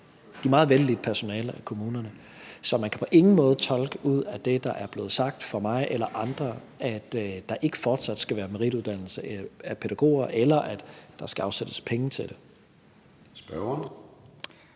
Det er meget vellidt personale af kommunerne. Så man kan på ingen måde tolke ud af det, der er blevet sagt af mig eller andre, at der ikke fortsat skal være merituddannelse af pædagoger, eller at der ikke skal afsættes penge til det. Kl.